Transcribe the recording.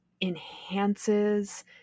enhances